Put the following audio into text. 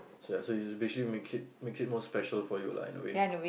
so ya so you basically makes it makes it more special for you lah in a way